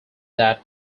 that